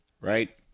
right